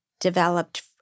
developed